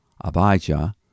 Abijah